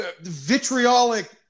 vitriolic